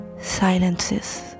silences